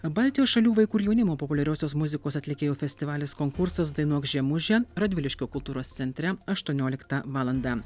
baltijos šalių vaikų ir jaunimo populiariosios muzikos atlikėjų festivalis konkursas dainuok žiemuže radviliškio kultūros centre aštuonioliktą valandą